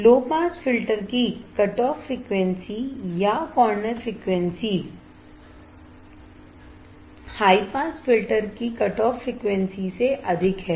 लो pass filter की cutoff frequency या corner frequency high pass filter की कटऑफ फ्रीक्वेंसी से अधिक है